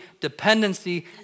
dependency